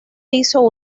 hizo